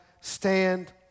Stand